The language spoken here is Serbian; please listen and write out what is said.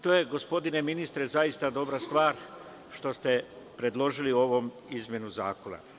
To je, gospodine ministre, zaista dobra stvar što ste predložili ovu izmenu zakona.